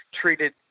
treated